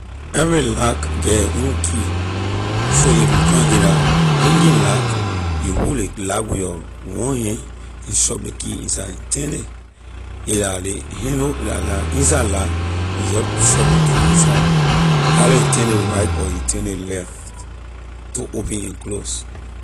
Every lack get a own key so if you come a la hanging lack you hold ley lack with your one hand and shove ley key inside and turn it a la ley handle la la inside lack you jeh shove your key inside either you turn it right or you turn it left to open and close.